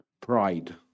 Pride